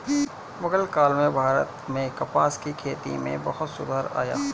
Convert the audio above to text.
मुग़ल काल में भारत में कपास की खेती में बहुत सुधार आया